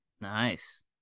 Nice